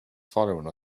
following